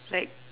like